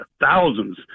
thousands